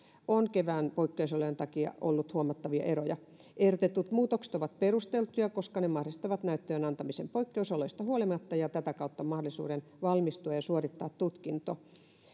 on kevään poikkeusolojen takia ollut huomattavia eroja ehdotetut muutokset ovat perusteltuja koska ne mahdollistavat näyttöjen antamisen poikkeusoloista huolimatta ja tätä kautta mahdollisuuden valmistua ja suorittaa tutkinto